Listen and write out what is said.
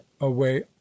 away